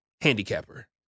handicapper